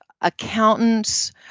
accountants